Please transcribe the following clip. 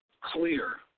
clear